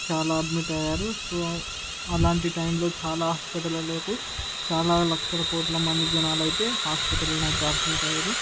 admit అయ్యారు so అలాంటి టైంలో చాలా హాస్పిటళ్లలోనూ చాలా లక్షల కోట్ల మంది జనాలు అయితే హాస్పిటల్లో అయితే అడ్మిట్ అయ్యారు